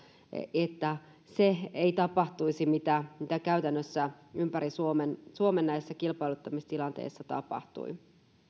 että se ei tapahtuisi mitä mitä käytännössä ympäri suomen suomen näissä kilpailuttamistilanteissa tapahtui